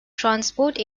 transport